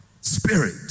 spirit